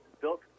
built